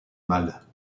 mâles